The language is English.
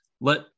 let